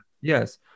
Yes